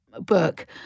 book